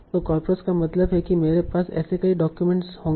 तो कॉर्पस का मतलब है कि मेरे पास ऐसे कई डाक्यूमेंट्स होंगे